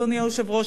אדוני היושב-ראש,